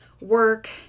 work